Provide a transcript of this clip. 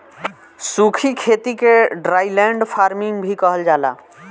सूखी खेती के ड्राईलैंड फार्मिंग भी कहल जाला